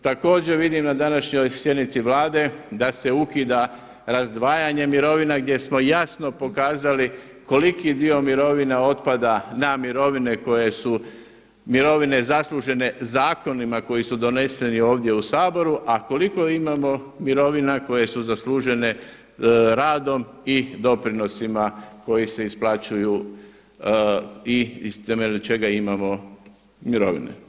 Također vidim na današnjoj sjednici Vlade da se ukida razdvajanje mirovina gdje smo jasno pokazali koliki dio mirovina otpada na mirovine koje su mirovine zaslužene zakonima koji su doneseni ovdje u Saboru a koliko imamo mirovina koje su zaslužene radom i doprinosima koji se isplaćuju i na temelju čega imamo mirovine.